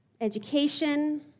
Education